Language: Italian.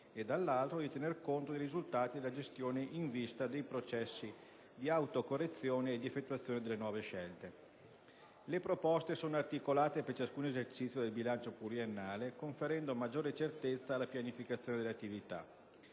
e, dall'altro, di tener conto dei risultati della gestione in vista dei processi di autocorrezione e di effettuazione delle nuove scelte. Le proposte sono articolate per ciascun esercizio del bilancio pluriennale, conferendo maggiore certezza alla pianificazione delle attività.